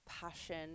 passion